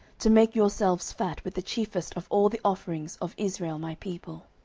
to make yourselves fat with the chiefest of all the offerings of israel my people?